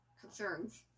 concerns